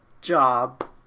job